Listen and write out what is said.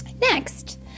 Next